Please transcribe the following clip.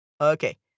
Okay